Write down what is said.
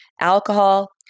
alcohol